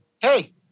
Hey